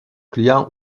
client